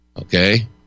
okay